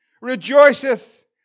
rejoiceth